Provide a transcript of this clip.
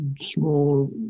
small